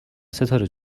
ستاره